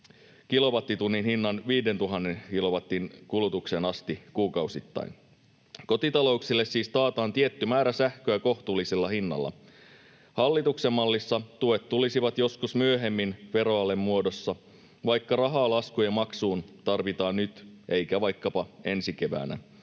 kilowattitunnin hinnan 5 000 kilowatin kulutukseen asti kuukausittain. Kotitalouksille siis taataan tietty määrä sähköä kohtuullisella hinnalla. Hallituksen mallissa tuet tulisivat joskus myöhemmin veroalen muodossa, vaikka rahaa laskujen maksuun tarvitaan nyt eikä vaikkapa ensi keväänä.